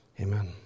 Amen